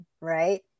right